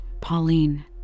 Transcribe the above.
Pauline